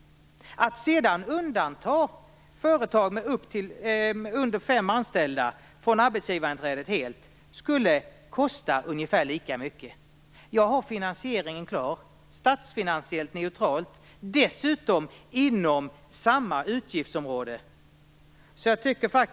Att sedan helt undanta företag med mindre än fem anställda från arbetsgivarinträdet skulle kosta ungefär lika mycket. Jag har finansieringen klar. Den är statsfinansiellt neutral. Dessutom ligger den inom samma utgiftsområde.